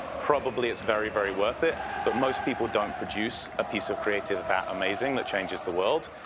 probably it's very very worth it but most people don't produce a piece of creative that amazing that changes the world.